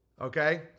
Okay